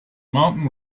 mountain